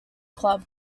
club